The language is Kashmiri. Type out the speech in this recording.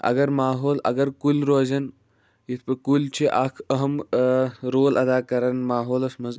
اَگر ماحول اَگر کُلۍ روزَن یِتھ پٲٹھۍ کُلۍ چھِ اکھ اَہم اۭں رول اَدا کران ماحولَس منٛز